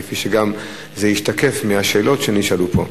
כפי שזה גם השתקף מהשאלות שנשאלו פה.